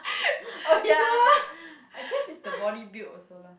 oh ya then I guess it's the body build also lah